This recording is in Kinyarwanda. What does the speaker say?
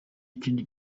ikindi